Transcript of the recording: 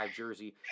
jersey